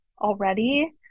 already